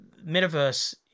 Metaverse